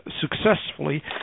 successfully